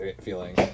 feeling